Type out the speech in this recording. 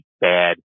bad